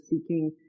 seeking